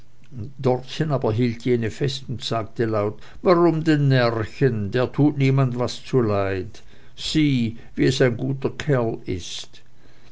dortchen aber hielt jene fest und sagte laut warum denn närrchen der tut niemand was zu leid sieh wie es ein guter kerl ist